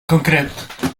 concret